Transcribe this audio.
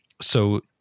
So-